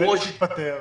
בנט התפטר.